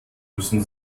müssen